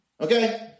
Okay